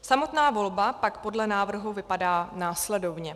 Samotná volba pak podle návrhu vypadá následovně.